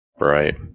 Right